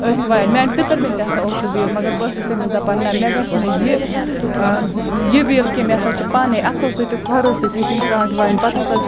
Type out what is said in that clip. ٲسۍ وایان میانہِ پِتر بیٚنہِ تہِ ہَسا اوس سُہ ویٖل مگر بہٕ ٲسٕس تٔمِس دَپان نہَ مےٚ گَژھنہِ یہِ یہِ ویٖل کینٛہہ مےٚ ہَسا چھُ پاناے اَتھَو سۭتۍ تہٕ کھۄرَو سۭتۍ ہیٚچھُن سرانٛٹھ وایِنۍ پَتہٕ ہَسا